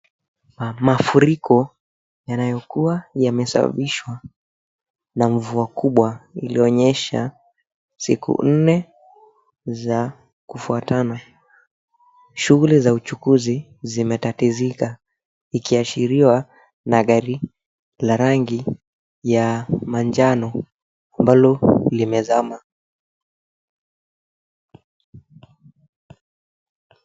Mafuriko yanayokuwa yamesababishwa na mvua kubwa ilionyesha siku nne za kufuatana. Shughuli za uchukuzi zimetatizika, ikiashiriwa na gari la rangi ya manjano ambalo limezama.